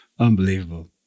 unbelievable